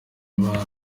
imana